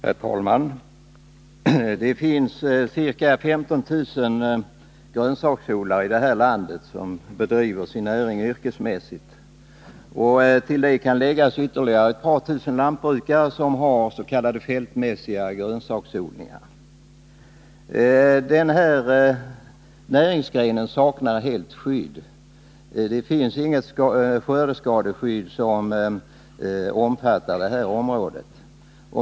Herr talman! Det finns ca 15 000 grönsaksodlare i detta land som bedriver sin näring yrkesmässigt. Till dessa kan läggas ytterligare ett par tusen lantbrukare som har s.k. fältmässiga grönsaksodlingar. Denna näringsgren saknar helt skydd. Det finns inget skördeskadeskydd som omfattar detta område.